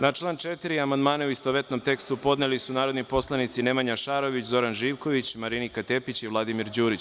Na član 4. amandmane u istovetnom tekstu podneli su narodni poslanici Nemanja Šarović, Zoran Živković, Marinika Tepić i Vladimir Đurić.